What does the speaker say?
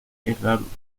errázuriz